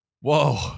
Whoa